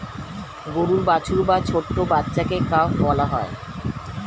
গরুর বাছুর বা ছোট্ট বাচ্ছাকে কাফ বলা হয়